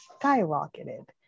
skyrocketed